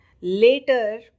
Later